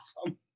awesome